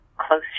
close